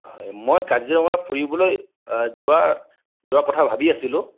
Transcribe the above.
হয় মই কাজিৰঙা ফুৰিবলৈ যোৱাৰ যোৱাৰ কথা ভাবি আছিলো